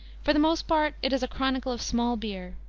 for the most part it is a chronicle of small beer,